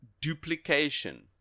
duplication